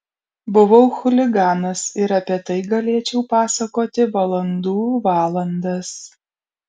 buvau chuliganas ir apie tai galėčiau pasakoti valandų valandas